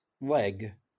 leg